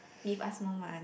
give us more mo~